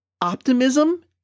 optimism